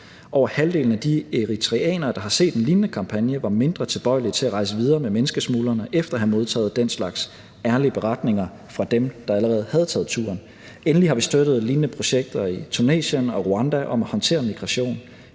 Over halvdelen af de eritreanere, der har set en lignende kampagne, var mindre tilbøjelige til at rejse videre med menneskesmuglerne efter at have modtaget den slags ærlige beretninger fra dem, der allerede havde taget turen. Endelig har vi støttet lignende projekter i Tunesien og Rwanda om at håndtere migration.